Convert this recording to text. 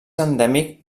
endèmic